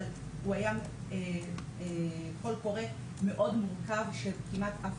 אבל הוא היה קול קורא מאוד מורכב שכמעט אף